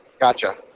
gotcha